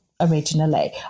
originally